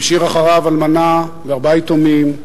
הוא השאיר אחריו אלמנה וארבעה יתומים,